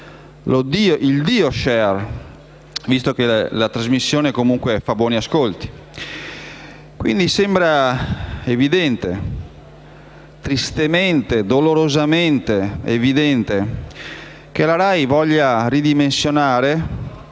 il dio *share* - visto che la trasmissione ha buoni ascolti. Quindi, sembra evidente - tristemente, dolorosamente evidente - che la RAI voglia ridimensionare,